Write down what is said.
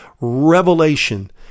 revelation